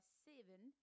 seven